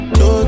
no